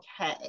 okay